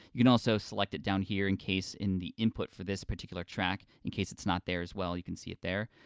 you can also select it down here in case in the input for this particular track, in case it's not there as well, you can see it there,